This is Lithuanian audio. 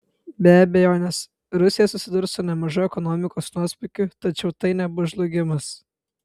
be abejonės rusija susidurs su nemažu ekonomikos nuosmukiu tačiau tai nebus žlugimas